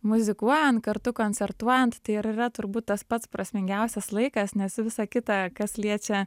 muzikuojant kartu koncertuojant tai ir yra turbūt tas pats prasmingiausias laikas nes visa kita kas liečia